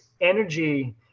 energy